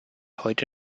heute